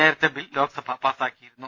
നേരത്തെ ബിൽ ലോക്സഭ പാസ്സാക്കിയിരുന്നു